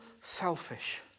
selfish